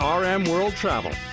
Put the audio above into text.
rmworldtravel